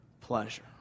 pleasure